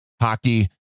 hockey